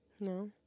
No